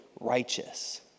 righteous